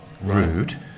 Rude